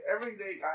everyday